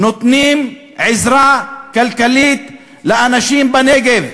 נותנות עזרה כלכלית לאנשים בנגב.